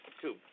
Two